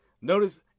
Notice